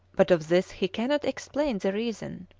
but of this he cannot explain the reason,